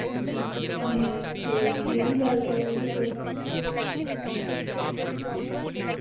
ते नेईं केह्ड़ी गल्ल करा'रदे तुस